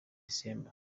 december